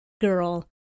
girl